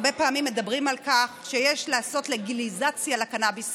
הרבה פעמים מדברים על כך שיש לעשות לגליזציה לקנביס